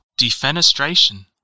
defenestration